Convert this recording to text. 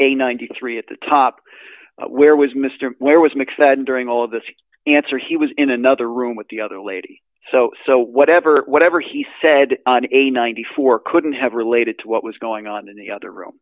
a ninety three at the top where was mr where was mixed during all of this answer he was in another room with the other lady so so whatever whatever he said on a ninety four couldn't have related to what was going on in the other room